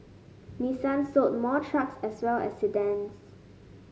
Nissan sold more trucks as well as sedans